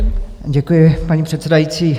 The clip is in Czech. Děkuji, paní předsedající.